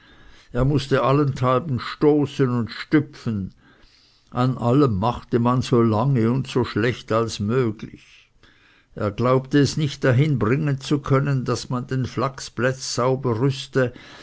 er mußte allenthalben stoßen und stüpfen an allem machte man so lange und so schlecht als möglich er glaubte es nicht dahin bringen zu können daß man den flachsplätz sauber rüste